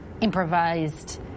improvised